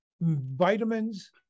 vitamins